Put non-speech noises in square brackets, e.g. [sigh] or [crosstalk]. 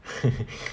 [laughs]